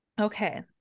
Okay